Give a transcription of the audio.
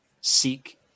seek